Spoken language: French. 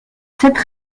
cette